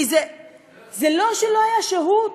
כי זה לא שלא הייתה שהות.